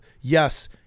Yes